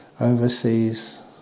overseas